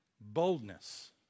boldness